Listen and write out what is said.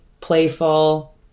playful